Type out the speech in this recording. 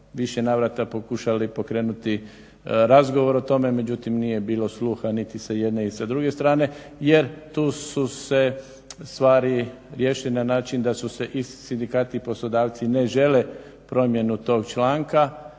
više navrata pokušali pokrenuti razgovor o tome, međutim nije bilo sluha niti sa jedne niti sa druge strane jer tu su se stvari riješile na način da su se i sindikati i poslodavci ne žele promjenu tog članka